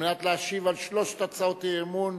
כדי להשיב על שלוש הצעות האי-אמון